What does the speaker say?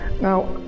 now